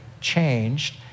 changed